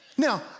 Now